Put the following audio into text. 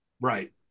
Right